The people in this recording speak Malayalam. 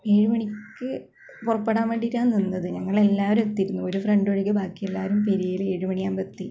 ഏഴു മണിക്ക് പുറപ്പെടാൻ വേണ്ടിയിട്ടാണ് നിന്നത് ഞങ്ങൾ എല്ലാവരും എത്തിയിരുന്നു ഒരു ഫ്രണ്ട് ഒഴികെ ബാക്കി എല്ലാവരും പെരിയയിൽ ഏഴു മണിയാവുമ്പം എത്തി